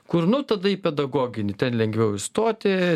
kur nu tada į pedagoginį ten lengviau įstoti